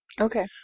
Okay